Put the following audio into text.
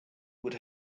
would